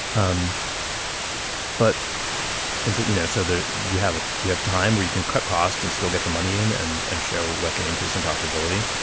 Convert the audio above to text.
um but and so you know so there you have it you have time where you can cut costs and still get the money in and and show what can increase in profitability.